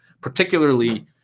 particularly